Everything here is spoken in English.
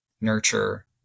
nurture